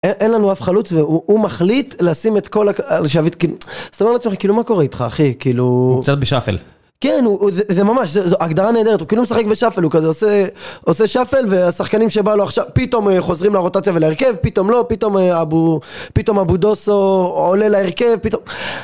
אין לנו אף חלוץ והוא מחליט לשים את כל השאבית, סתם לא צריך, כאילו מה קורה איתך אחי, כאילו... הוא מצטט בשאפל. כן, זה ממש, הגדרה נהדרת, הוא כאילו משחק בשאפל, הוא כזה עושה שאפל והשחקנים שבא לו עכשיו פתאום חוזרים לרוטציה ולהרכב, פתאום לא, פתאום אבו... פתאום אבו דוסו עולה להרכב, פתאום...